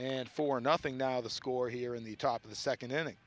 and for nothing now the score here in the top of the second